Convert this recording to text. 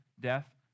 death